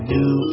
New